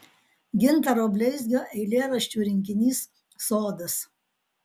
gintaro bleizgio eilėraščių rinkinys sodas